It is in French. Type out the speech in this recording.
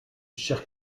chers